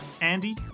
Andy